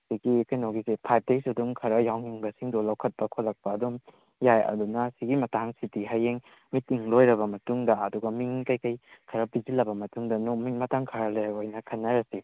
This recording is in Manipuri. ꯁꯤꯒꯤ ꯀꯩꯅꯣꯒꯤꯁꯦ ꯐꯥꯏꯚ ꯇꯩꯁꯨ ꯑꯗꯨꯝ ꯈꯔ ꯌꯥꯎꯅꯤꯡꯕꯁꯤꯡꯗꯣ ꯂꯧꯈꯠꯄ ꯈꯣꯠꯂꯛꯄ ꯑꯗꯨꯝ ꯌꯥꯏ ꯑꯗꯨꯅ ꯁꯤꯒꯤꯃꯇꯥꯡꯁꯤꯗꯤ ꯍꯌꯦꯡ ꯃꯤꯇꯤꯡ ꯂꯣꯏꯔꯕ ꯃꯇꯨꯡꯗ ꯑꯗꯨꯒ ꯃꯤꯡ ꯀꯩꯀꯩ ꯈꯔ ꯄꯤꯁꯤꯜꯂꯕ ꯃꯇꯨꯡꯗ ꯅꯣꯡ ꯅꯤꯅꯤ ꯃꯇꯝ ꯈꯔ ꯂꯩꯔꯒ ꯑꯣꯏꯅ ꯈꯟꯅꯔꯁꯤ